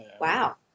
Wow